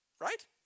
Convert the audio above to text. right